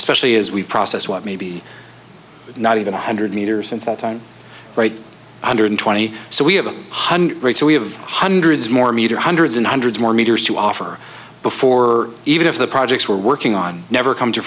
especially as we process what maybe not even a hundred meters since that time right hundred twenty so we have a hundred right so we have hundreds more meter hundreds and hundreds more meters to offer before even if the projects we're working on never come to